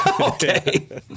Okay